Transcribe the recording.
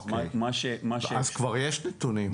אז כבר יש נתונים.